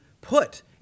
put